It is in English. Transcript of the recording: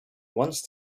once